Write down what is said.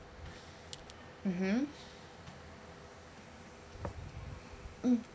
mmhmm mm